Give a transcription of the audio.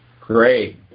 Great